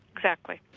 exactly.